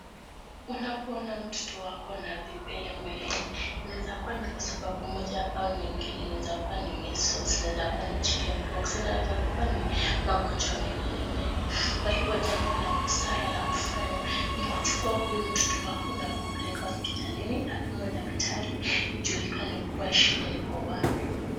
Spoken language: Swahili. Unapoona mtoto wako na vipele mwilini inawesa kuwa ni sababu moja au nyingi, inaweza kuwa ni measles ,inaweza kuwa ni chicken box , inaweza kuwa ni magonjwa mengine mengi, kwa hivyo chambo la busara la kufanya ni kuchukua huyu mtoto wako na kumbeleka hospitalini apimwe na daktari ijulikane kuwa shida iko wapi.